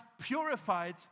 purified